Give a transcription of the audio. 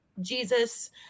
Jesus